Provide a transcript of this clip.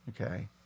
Okay